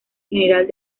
general